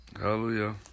Hallelujah